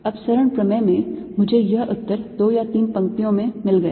अपसरण प्रमेय में मुझे यह उत्तर दो या तीन पंक्तियों में मिल गया